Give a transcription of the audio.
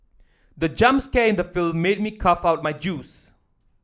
the jump scare in the film made me cough out my juice